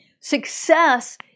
success